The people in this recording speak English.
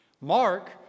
Mark